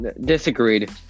Disagreed